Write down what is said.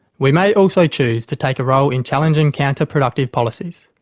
we may also choose to take a role in challenging counterproductive policies.